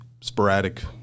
sporadic